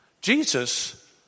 Jesus